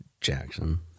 Jackson